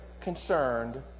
concerned